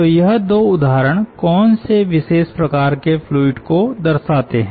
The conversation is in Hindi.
तो यह दो उदाहरण कौन से विशेष प्रकार के फ्लूइड को दर्शाते हैं